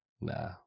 Nah